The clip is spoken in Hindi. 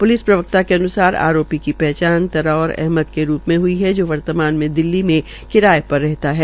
पुलिस प्रवक्ता के अनुसर अपराधी की पहचान तराऔर अहमद के रूप में हई जो वर्तमान मे दिल्ली में किराये पर रहता था